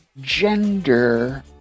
Gender